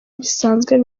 bisanzwe